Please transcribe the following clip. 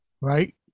Right